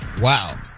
Wow